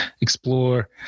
explore